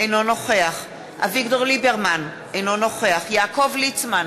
אינו נוכח אביגדור ליברמן, אינו נוכח יעקב ליצמן,